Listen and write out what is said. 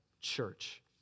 church